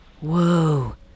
Whoa